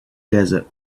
desert